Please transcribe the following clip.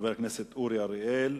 חבר הכנסת אורי אריאל,